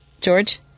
George